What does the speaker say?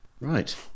right